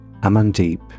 Amandeep